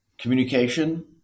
communication